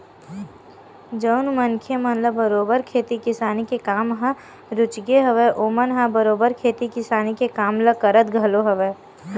जउन मनखे मन ल बरोबर खेती किसानी के काम ह रुचगे हवय ओमन ह बरोबर खेती किसानी के काम ल करत घलो हवय